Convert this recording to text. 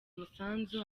umusanzu